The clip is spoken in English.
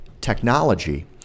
technology